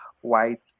white